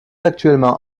actuellement